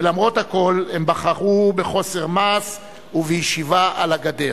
ולמרות הכול הם בחרו בחוסר מעש ובישיבה על הגדר.